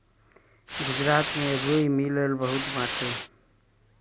गुजरात में रुई मिल बहुते बाटे